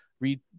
read